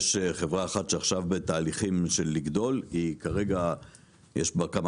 יש חברה אחת שעכשיו בתהליכים של גדילה וכרגע יש בה כמה